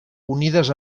unides